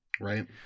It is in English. Right